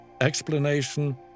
explanation